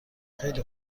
خیلی